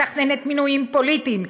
מתכננת מינויים פוליטיים,